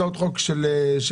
יש הצעות חוק של האופוזיציה,